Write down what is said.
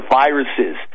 viruses